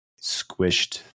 squished